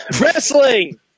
Wrestling